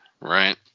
Right